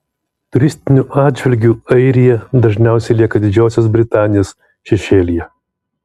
turistiniu atžvilgiu airija dažniausiai lieka didžiosios britanijos šešėlyje